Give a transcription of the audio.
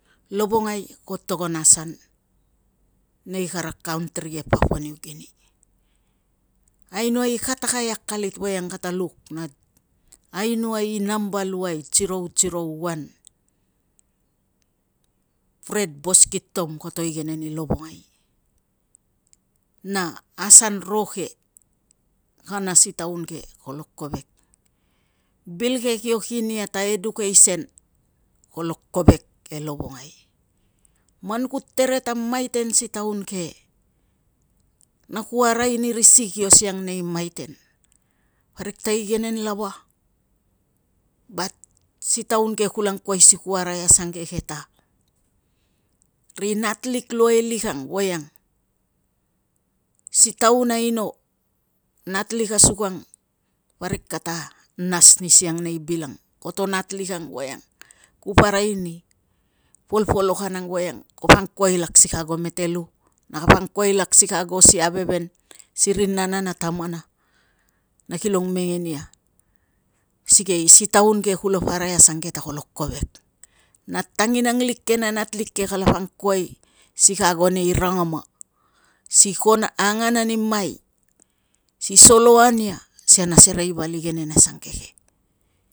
Lovongai ko togon asan nei kara kantiri papua niugini. Ainoai i akalit voiang kata luk na ainoai i namba luai i jiro jiro wan fred boski tom koto igenen i lovongan na asan ro ke, kana si taun ke kolo kovek, bil ke kio kin ia ta edukeisen kolo kovek e lovongai. Man ku tere ta maiten si taun ke ta ri natlik asukang parik kata nas ni siang nei bil ang. Koto nat lik ang voiang kupa arai ni polpolokan ang voiang kapa angkuai lak si ka ago metelu. Na kapangkuai lak si ago si aiveven si ri nana na tamana, na kilong mengen ia, sikei si taun ke kulaparai asangke ta kolo kovel. Nat tanginang lik ke, nat lik ke kalapangkuai si ago nei rangama si angan ani mai, si solo ania, si kana serei val igenen asangke ke.